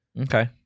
Okay